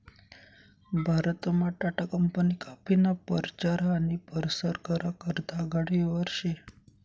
भारतमा टाटा कंपनी काफीना परचार आनी परसार करा करता आघाडीवर शे